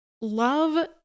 love